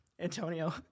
Antonio